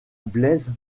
blaise